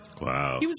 Wow